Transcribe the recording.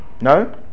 No